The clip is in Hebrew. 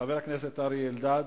חבר הכנסת אריה אלדד?